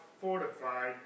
fortified